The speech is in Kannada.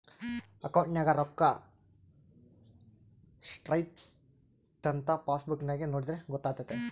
ಅಕೌಂಟ್ನಗ ರೋಕ್ಕಾ ಸ್ಟ್ರೈಥಂಥ ಪಾಸ್ಬುಕ್ ನಾಗ ನೋಡಿದ್ರೆ ಗೊತ್ತಾತೆತೆ